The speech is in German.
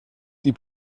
die